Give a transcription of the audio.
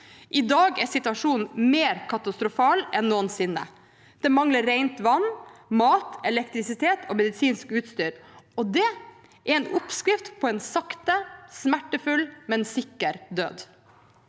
I dag er situasjonen mer katastrofal enn noensinne. Det mangler rent vann, mat, elektrisitet og medisinsk utstyr, og det er en oppskrift på en sakte, smertefull, men sikker død.